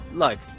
Look